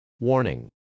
Warning